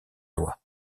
loi